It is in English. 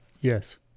Yes